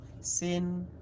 sin